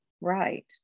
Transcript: right